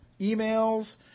Emails